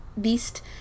beast